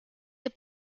est